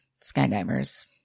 skydivers